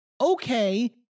okay